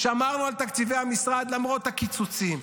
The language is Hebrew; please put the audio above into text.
שמרנו על תקציבי המשרד למרות הקיצוצים,